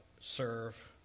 serve